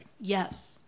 Yes